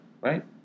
right